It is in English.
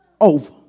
over